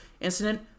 incident –